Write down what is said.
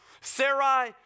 Sarai